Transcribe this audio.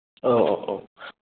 औ औ औ